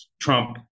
Trump